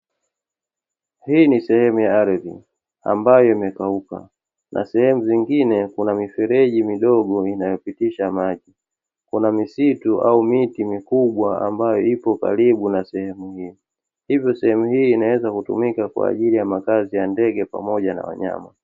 Hii ni sehemu ya ardhi ambayo imekauka, na sehemu zingine kuna mifereji midogo inayopitisha maji. Kuna misitu au miti mikubwa ambayo ipo karibu na sehemu hiyo, hivyo sehemu hii inaweza kutumika kwa ajili ya makazi ya ndege pamoja na wanyama.